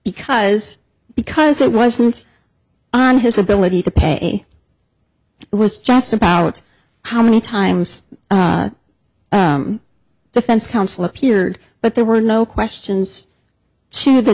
because because it wasn't on his ability to pay it was just about how many times defense counsel appeared but there were no questions to the